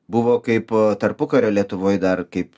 buvo kaip a tarpukario lietuvoj dar kaip